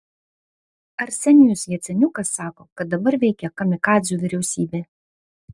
arsenijus jaceniukas sako kad dabar veikia kamikadzių vyriausybė